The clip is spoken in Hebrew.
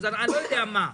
לא יודע מה.